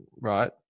right